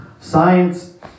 Science